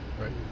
Right